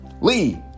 Lee